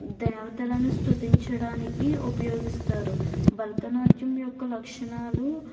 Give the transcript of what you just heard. దేవతలను స్తుతించడానికి ఉపయోగిస్తారు భరతనాట్యం యొక్క లక్షణాలు